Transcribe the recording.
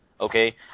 okay